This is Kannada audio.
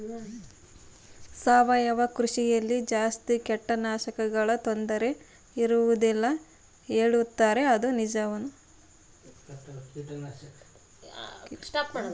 ಸಾವಯವ ಕೃಷಿಯಲ್ಲಿ ಜಾಸ್ತಿ ಕೇಟನಾಶಕಗಳ ತೊಂದರೆ ಇರುವದಿಲ್ಲ ಹೇಳುತ್ತಾರೆ ಅದು ನಿಜಾನಾ?